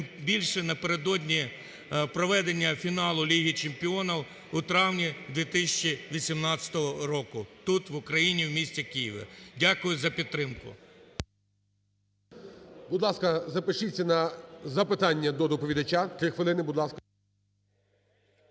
тим більше напередодні проведення фіналу Ліги чемпіонів у травні 2018 року тут в Україні в місті Києві. Дякую за підтримку.